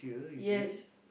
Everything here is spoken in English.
yes